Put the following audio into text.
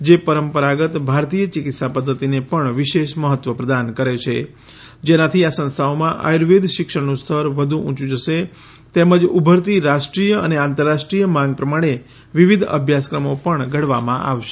જે પરંપરાગત ભારતીય ચિકિત્સા પધ્ધતિને પણ વિશેષ મહત્વ પ્રદાન કરે છે જેનાથી આ સંસ્થાઓમાં આયુર્વેદ શિક્ષણનું સ્તર વધુ ઊંયુ જશે તેમજ ઉભરતી રાષ્ટ્રીય અને આંતરરાષ્ટ્રીય માંગ પ્રમાણે વિવિધ અભ્યાસક્રમો પણ ઘડવામાં આવશે